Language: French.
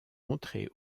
entrer